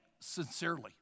sincerely